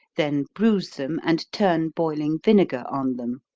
then bruise them, and turn boiling vinegar on them.